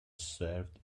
served